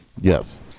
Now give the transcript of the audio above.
yes